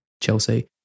Chelsea